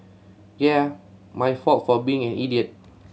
yeah my fault for being an idiot